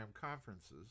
conferences